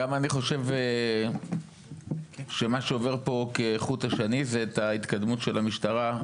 גם אני חושב שמה שעובר פה כחוט השני זה ההתקדמות של המשטרה,